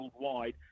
worldwide